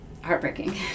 heartbreaking